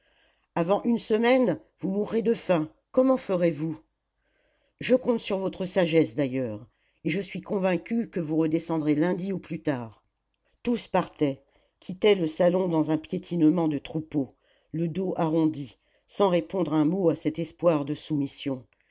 avant une semaine vous mourrez de faim comment ferez-vous je compte sur votre sagesse d'ailleurs et je suis convaincu que vous redescendrez lundi au plus tard tous partaient quittaient le salon dans un piétinement de troupeau le dos arrondi sans répondre un mot à cet espoir de soumission